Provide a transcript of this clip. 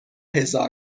هزار